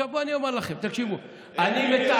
עכשיו, בואו, אני אומר לכם, אני מתעד